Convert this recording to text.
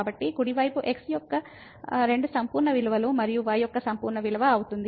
కాబట్టి కుడి వైపు x యొక్క 2 సంపూర్ణ విలువలు మరియు y యొక్క సంపూర్ణ విలువ అవుతుంది